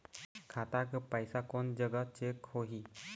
खाता के पैसा कोन जग चेक होही?